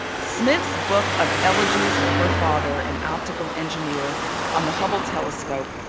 smith's book of elegies for her father, an optical engineer on the hubble telescope,